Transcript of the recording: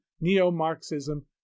neo-Marxism